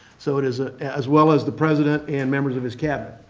so it is a as well as the president and members of his cabinet.